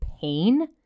pain